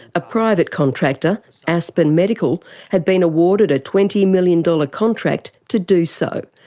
a private contractor aspen medical had been awarded a twenty million dollars contract to do so.